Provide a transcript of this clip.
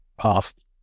past